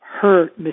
hurt